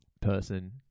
person